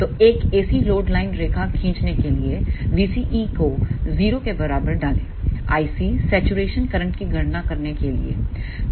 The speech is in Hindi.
तो एक AC लोड लाइन रेखा खींचने केलिए vCE को 0 के बराबर डालें IC सैचुरेशन करंट की गणना करने के लिए